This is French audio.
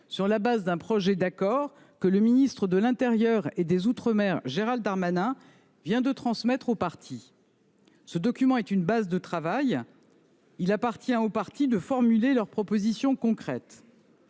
sur la base d’un projet d’accord que le ministre de l’intérieur et des outre-mer, Gérald Darmanin, vient de transmettre aux parties. Ce document est une base de travail. Il appartient aux parties de formuler leurs propositions concrètes.